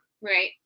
Right